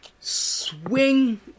swing